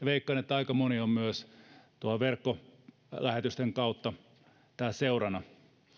veikkaan että aika moni on myös verkkolähetysten kautta täällä seurana